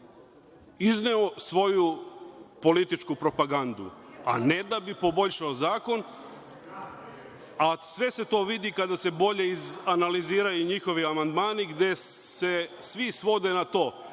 izveo svoju političku propagandu, a ne da bi poboljšao zakon, a sve se to vidi kada se bolje izanaliziraju njihovi amandmani gde se svi svode na to